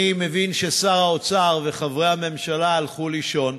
אני מבין ששר האוצר וחברי הממשלה הלכו לישון